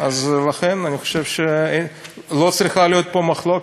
אז לכן אני חושב שלא צריכה להיות פה מחלוקת.